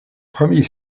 premier